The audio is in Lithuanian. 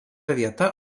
vieta